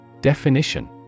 Definition